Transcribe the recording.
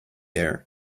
air